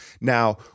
Now